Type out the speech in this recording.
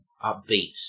upbeat